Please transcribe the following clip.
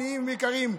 עניים יקרים,